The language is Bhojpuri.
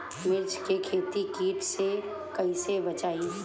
मिर्च के खेती कीट से कइसे बचाई?